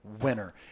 winner